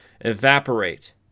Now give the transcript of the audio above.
evaporate